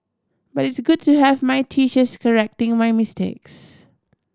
but it's good to have my teachers correcting my mistakes